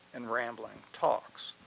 and rambling talks.